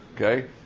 Okay